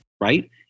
Right